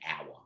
hour